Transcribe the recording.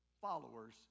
followers